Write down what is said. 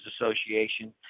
Association